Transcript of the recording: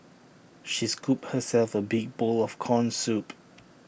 she scooped herself A big bowl of Corn Soup